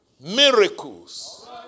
miracles